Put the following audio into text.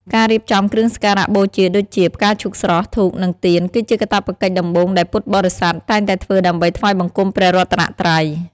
ការរៀបចំគ្រឿងសក្ការបូជាដូចជា ផ្កាឈូកស្រស់ ធូប និងទៀន គឺជាកាតព្វកិច្ចដំបូងដែលពុទ្ធបរិស័ទតែងតែធ្វើដើម្បីថ្វាយបង្គំព្រះរតនត្រ័យ។